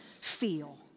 feel